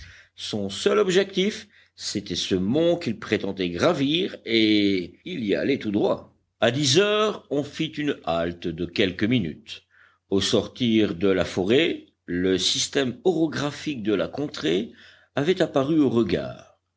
son seul objectif c'était ce mont qu'il prétendait gravir et il y allait tout droit à dix heures on fit une halte de quelques minutes au sortir de la forêt le système orographique de la contrée avait apparu aux regards